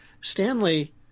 Stanley